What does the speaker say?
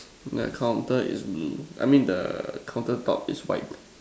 I counted it's blue I mean the counter top is white